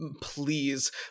please